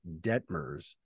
Detmers